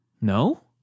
No